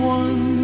one